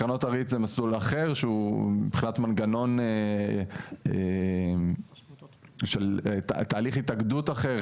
קרנות הריט זה מסלול אחר שהוא מבחינת מנגנון של תהליך התאגדות אחר,